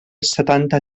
setanta